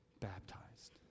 baptized